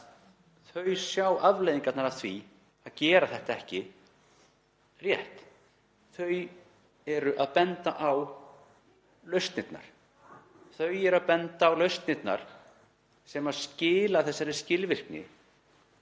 þau sjá afleiðingarnar af því að gera þetta ekki rétt. Þau eru að benda á lausnirnar. Þau eru að benda á lausnirnar sem skila þessari skilvirkni